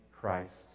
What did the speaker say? Christ